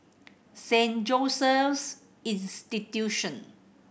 Saint Joseph's Institution